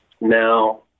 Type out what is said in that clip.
Now